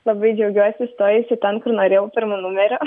labai džiaugiuosi įstojusi ten kur norėjau pirmu numeriu